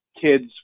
kids